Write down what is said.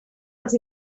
els